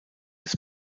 des